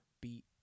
beat